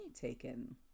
taken